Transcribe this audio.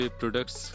products